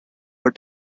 but